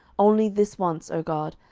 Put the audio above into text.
only this once, o god,